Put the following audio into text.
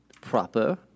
proper